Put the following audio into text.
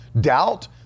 doubt